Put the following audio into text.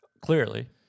Clearly